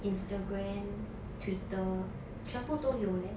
Instagram Twitter 全部都有 leh